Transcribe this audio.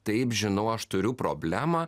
taip žinau aš turiu problemą